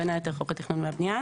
בין היתר חוק התכנון והבנייה,